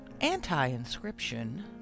anti-inscription